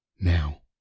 Now